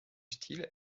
style